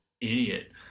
Idiot